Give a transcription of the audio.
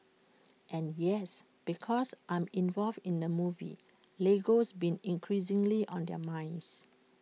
and yes because I'm involved in the movie Lego's been increasingly on their minds